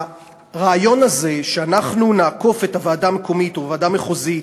הרעיון הזה שאנחנו נעקוף את הוועדה המקומית או את הוועדה המחוזית